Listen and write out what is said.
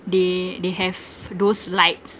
they they have those lights